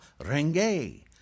renge